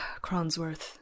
Cronsworth